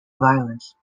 violence